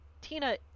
Tina